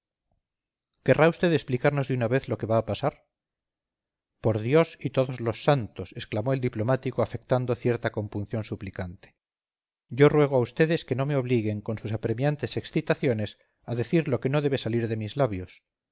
querrá vd explicarnos de una vez lo que va a pasar por dios y todos los santos exclamó el diplomático afectando cierta compunción suplicante yo ruego a vds que no me obliguen con sus apremiantes excitaciones a decir lo que no debe salir de mis labios